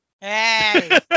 Hey